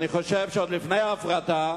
אני חושב שעוד לפני ההפרטה,